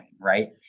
right